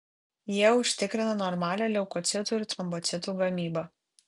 jie užtikrina normalią leukocitų ir trombocitų gamybą